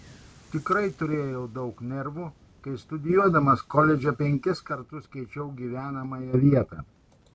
tikrai turėjau daug nervų kai studijuodamas koledže penkis kartus keičiau gyvenamąją vietą